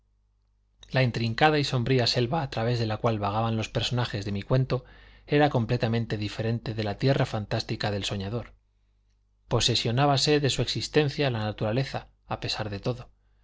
la intrincada y sombría selva a través de la cual vagaban los personajes de mi cuento era completamente diferente de la tierra fantástica del soñador posesionábase de su existencia la naturaleza a pesar de todo